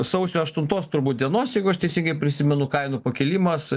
sausio aštuntos turbūt dienos jeigu aš teisingai prisimenu kainų pakilimas